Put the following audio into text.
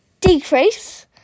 decrease